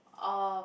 of